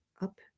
up